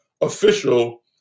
official